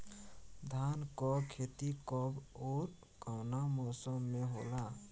धान क खेती कब ओर कवना मौसम में होला?